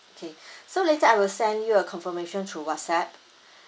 okay so later I will send you a confirmation through whatsapp